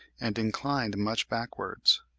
and inclined much backwards.